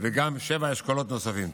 וגם שבעה אשכולות נוספים.